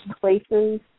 places